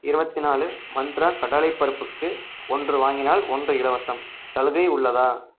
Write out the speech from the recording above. இருபத்தி நாலு மந்த்ரா கடலைப் பருப்புக்கு ஒன்று வாங்கினால் ஒன்று இலவசம் சலுகை உள்ளதா